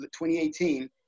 2018